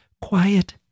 quiet